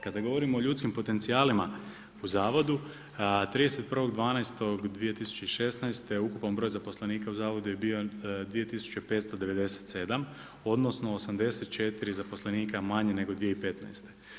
Kada govorimo o ljudskim potencijalima u zavodu 31.12.2016. ukupan broj zaposlenika u Zavodu je bio 2597, odnosno 84 zaposlenika manje nego 2015.